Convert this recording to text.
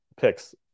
picks